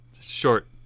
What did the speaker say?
Short